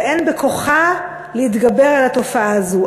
ואין בכוחה להתגבר על התופעה הזאת.